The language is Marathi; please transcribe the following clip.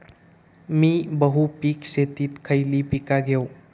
मी बहुपिक शेतीत खयली पीका घेव?